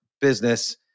business